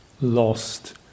lost